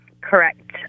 Correct